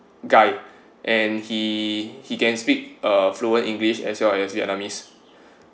guide and he he can speak uh fluent english as well as vietnamese